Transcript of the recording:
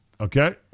Okay